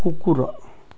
କୁକୁର